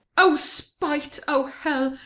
o spite! o hell!